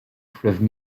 fleuve